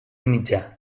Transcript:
mitjà